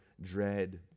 dread